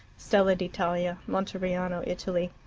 stella d'italia, monteriano, italy.